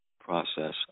process